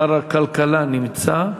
שר הכלכלה נמצא?